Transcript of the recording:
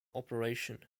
operation